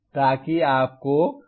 ताकि आपको 23 मिले